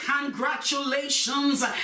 congratulations